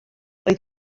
oedd